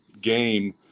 game